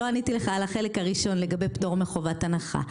עניתי על החלק הראשון לגבי פטור מחובת הנחה.